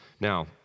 Now